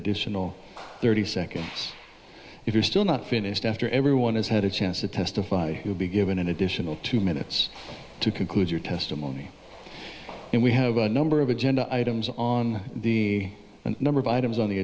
additional thirty seconds if you're still not finished after everyone has had a chance to testify will be given an additional two minutes to conclude your testimony and we have a number of agenda items on the number of items on the